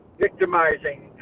victimizing